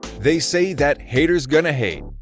they say that haters gonna hate.